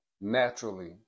naturally